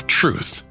truth